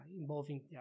involving